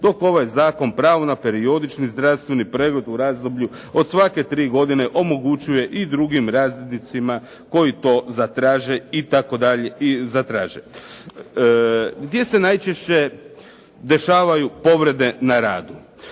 dok ovaj zakon pravo na periodični zdravstveni i pregled u razdoblju od svake tri godine omogućuje i drugim radnicima koji to zatraže itd. Gdje se najčešće dešavaju povrede na radu?